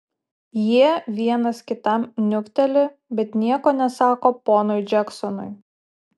jie vienas kitam niukteli bet nieko nesako ponui džeksonui